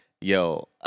yo